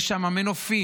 יש שם מנופים,